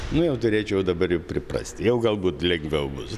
nu jau turėčiau dabar jau priprasti o galbūt lengviau bus